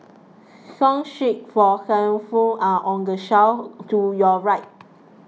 song sheets for handphones are on the shelf to your right